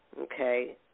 okay